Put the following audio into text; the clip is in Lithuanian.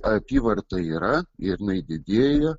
apyvarta yra ir jinai didėja